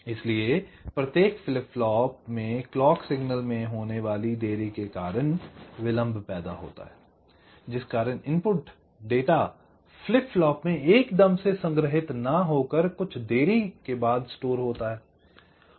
इसलिए प्रत्येक flip flop में क्लॉक सिग्नल में होने वाली देरी के कारण विलम्भ पैदा होता है जिस कारण इनपुट डाटा फ्लिप फ्लॉप में एकदम से संग्रहित न होकर कुछ देरी से स्टोर होता है